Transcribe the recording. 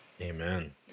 Amen